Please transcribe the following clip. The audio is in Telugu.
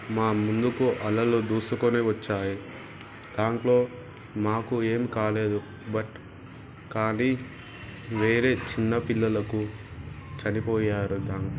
మా ముందుకు అలలు దూసుకొని వచ్చాయి దాంట్లో మాకు ఏమి కాలేదు బట్ కానీ వేరే చిన్నపిల్లలకు చనిపోయారు దాం